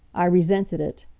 i resented it.